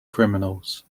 criminals